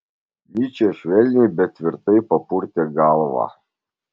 nyčė švelniai bet tvirtai papurtė galvą